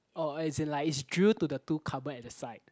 oh as in like it's drilled to the two cupboard at the side